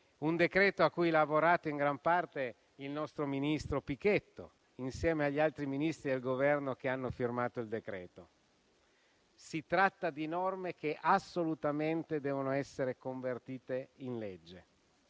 un decreto-legge a cui ha lavorato in gran parte il nostro ministro Pichetto Fratin insieme agli altri ministri del Governo che hanno firmato il testo. Si tratta di norme che assolutamente devono essere convertite in legge